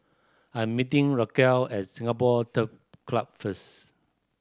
I'm meeting Raquel as Singapore Turf Club first